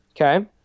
Okay